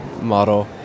model